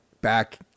back